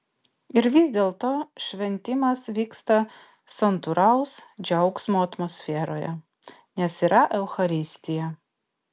ir vis dėlto šventimas vyksta santūraus džiaugsmo atmosferoje nes yra eucharistija